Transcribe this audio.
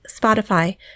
Spotify